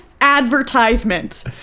advertisement